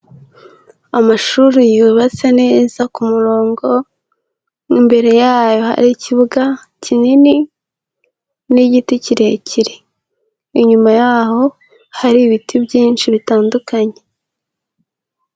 Amashuri yubatse neza ku murongo, imbere yayo hari ikibuga kinini n'igiti kirekire, inyuma y'aho hari ibiti byinshi bitandukanye.